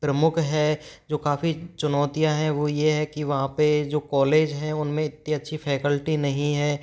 प्रमुख है जो काफ़ी चुनौतियाँ हैं वो ये है कि वहाँ पर जो कॉलेज हैं उनमें इतनी अच्छी फ़ैकल्टी नहीं है